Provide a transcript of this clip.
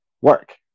work